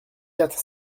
quatre